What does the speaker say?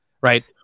right